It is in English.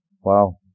Wow